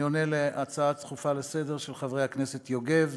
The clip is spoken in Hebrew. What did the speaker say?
אני עונה על הצעות דחופות לסדר-היום של חברי הכנסת יוגב,